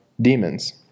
demons